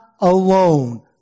alone